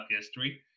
history